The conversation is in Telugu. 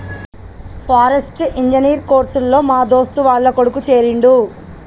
ఫారెస్ట్రీ ఇంజనీర్ కోర్స్ లో మా దోస్తు వాళ్ల కొడుకు చేరిండు